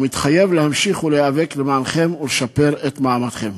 ומתחייב להמשיך להיאבק למענכם ולשפר את מעמדכם.